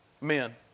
Men